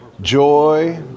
joy